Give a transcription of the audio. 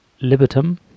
Libitum